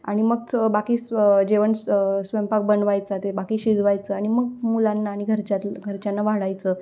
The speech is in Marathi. आणि मगच बाकी स् जेवण स् स्वयंपाक बनवायचा ते बाकी शिजवायचं आणि मग मुलांना आणि घरच्या घरच्यांना वाढायचं